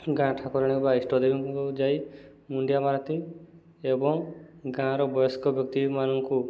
ଗାଁ ଠାକୁରାଣୀ ବା ଇଷ୍ଟଦେବୀଙ୍କୁ ଯାଇ ମୁଣ୍ଡିଆ ମାରନ୍ତି ଏବଂ ଗାଁର ବୟସ୍କ ବ୍ୟକ୍ତିମାନଙ୍କୁ